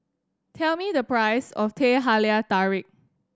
tell me the price of Teh Halia Tarik